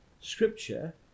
Scripture